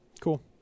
Cool